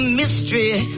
mystery